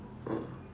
ah